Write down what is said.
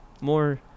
more